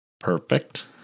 Perfect